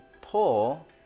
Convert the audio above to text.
pull